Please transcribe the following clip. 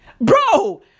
Bro